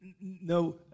No